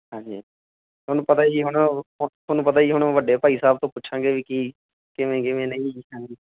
ਹਾਂਜੀ ਤੁਹਾਨੂੰ ਪਤਾ ਜੀ ਹੁਣ ਤੁਹਾਨੂੰ ਪਤਾ ਹੀ ਆ ਹੁਣ ਵੱਡੇ ਭਾਈ ਸਾਹਿਬ ਤੋਂ ਪੁੱਛਾਂਗੇ ਵੀ ਕੀ ਕਿਵੇਂ ਕਿਵੇਂ ਨਹੀਂ ਜੀ ਹਾਂਜੀ